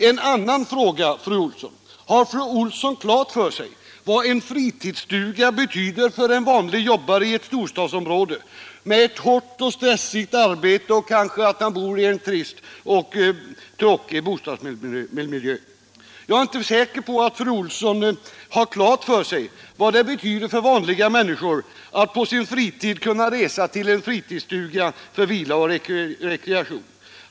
En annan fråga: Har fru Olsson klart för sig vad en fritidsstuga betyder för en vanlig jobbare i ett storstadsområde med hårt och stressigt arbete och kanske en trist och tråkig bostadsmiljö? Jag är inte säker på att fru Olsson inser vad det betyder för vanliga människor att på sin fritid kunna resa till en fritidsstuga för vila och rekreation.